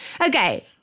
Okay